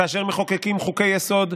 כאשר מחוקקים חוק-יסוד,